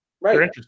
Right